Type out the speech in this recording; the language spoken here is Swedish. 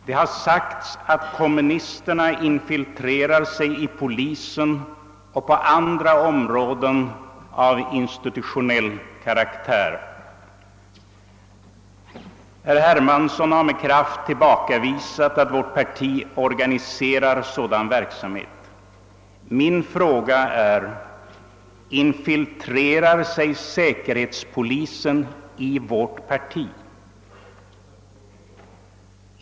Det har sagts att kommunisterna infiltrerar sig i polisen och på andra områden av institutionell karaktär. Herr Hermansson har med kraft tillbakavisat att vårt parti organiserar sådan verksamhet. Min fråga lyder: Infiltrerar sig säkerhetspolisen i vårt parti?